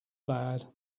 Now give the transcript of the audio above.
bad